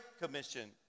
Commission